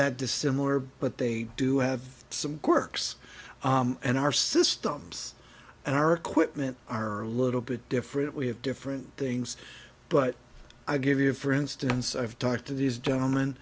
that dissimilar but they do have some quirks and our systems and our equipment are a little bit different we have different things but i give you for instance i've talked to th